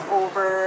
over